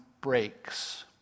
breaks